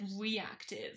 reactive